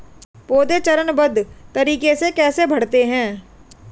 पौधे चरणबद्ध तरीके से कैसे बढ़ते हैं?